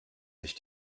sich